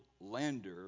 Lander